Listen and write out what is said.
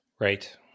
Right